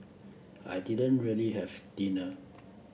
I didn't really have dinner